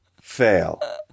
Fail